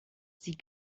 sie